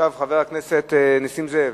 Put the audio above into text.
חבר הכנסת נסים זאב?